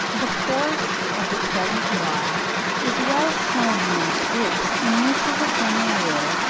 the force of the present law is well shewn in those groups, in which, as a general rule,